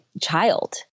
child